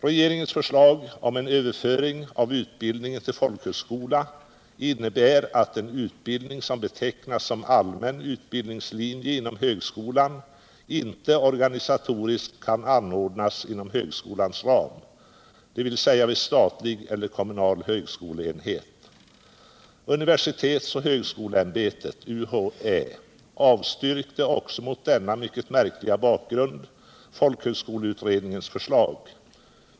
Regeringens förslag om en överföring av utbildningen till folkhögskola innebär att en utbildning som betecknas som allmän utbildningslinje inom högskolan inte organisatoriskt kan anordnas inom högskolans ram, dvs. vid statlig eller kommunal högskoleenhet. Universitetsoch högskoleämbetet, UHÄ, avstyrkte också mot denna mycket märkliga bakgrund folkhögskoleutredningens förslag.